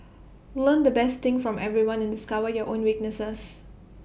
learn the best things from everyone and discover your own weaknesses